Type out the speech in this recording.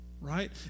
right